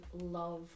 love